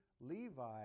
Levi